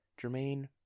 Jermaine